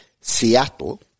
Seattle